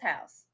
house